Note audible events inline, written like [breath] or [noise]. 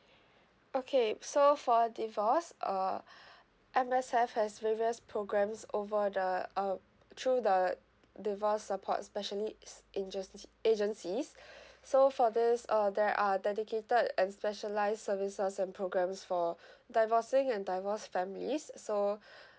okay so for divorce uh [breath] M_S_F has various programs over the uh through the divorce supports special needs agenc~ agencies [breath] so for this uh there are dedicated and specialised services and programs for divorcing and divorced families so [breath]